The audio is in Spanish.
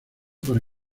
para